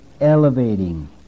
elevating